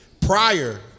prior